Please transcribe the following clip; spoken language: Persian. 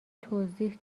توضیح